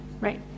right